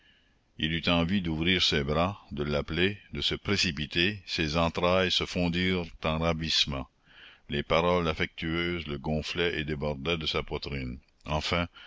il eut envie d'ouvrir ses bras de l'appeler de se précipiter ses entrailles se fondirent en ravissement les paroles affectueuses le gonflaient et débordaient de sa poitrine enfin